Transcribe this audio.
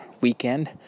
weekend